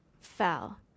fell